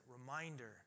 reminder